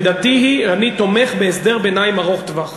עמדתי היא: אני תומך בהסדר ביניים ארוך-טווח.